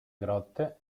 grotte